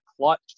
clutch